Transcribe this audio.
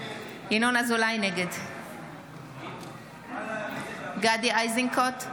נגד גדי איזנקוט,